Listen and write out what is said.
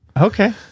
Okay